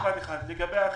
לגבי החינוך,